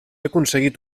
aconseguit